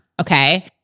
Okay